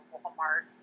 Walmart